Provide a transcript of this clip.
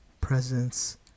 presence